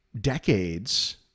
decades